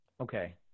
Okay